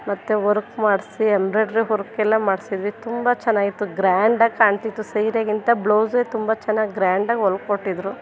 ಮತ್ತು ವರ್ಕ್ ಮಾಡಿಸಿ ಎಂಬ್ರಾಯ್ಡ್ರಿ ವರ್ಕೆಲ್ಲ ಮಾಡಿಸಿದ್ವಿ ತುಂಬ ಚೆನ್ನಾಗಿತ್ತು ಗ್ರ್ಯಾಂಡಾಗಿ ಕಾಣ್ತಿತ್ತು ಸೀರೆಗಿಂತ ಬ್ಲೌಸೇ ತುಂಬ ಚೆನ್ನಾಗಿ ಗ್ರ್ಯಾಂಡಾಗಿ ಹೊಲ್ಕೊಟ್ಟಿದ್ರು